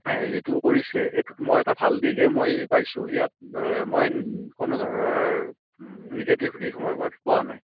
যিটো কৰিছে এইটোত মই এটা ভাল দিশহে মই পাইছোঁ ইয়াত মই কোনো ধৰণৰ নিগেটিভ দিশ মই পোৱা নাই